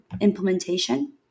implementation